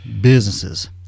businesses